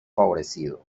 favorecido